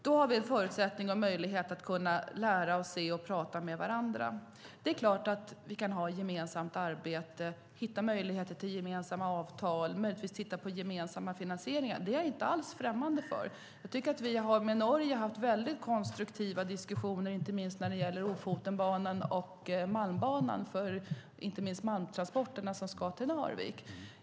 Då har vi en förutsättning och en möjlighet att lära oss att prata med varandra. Det är klart att vi kan ha ett gemensamt arbete, hitta möjligheter till gemensamma avtal och titta på gemensamma finansieringar. Det är jag inte alls främmande för. Jag tycker att vi har haft väldigt konstruktiva diskussioner med Norge, inte minst när det gäller Ofotenbanan och Malmbanan för malmtransporterna till Narvik.